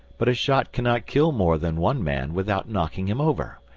but a shot cannot kill more than one man without knocking him over,